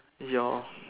your